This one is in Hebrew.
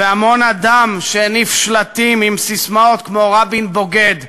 והמון אדם שהניף שלטים עם ססמאות כמו "רבין בוגד"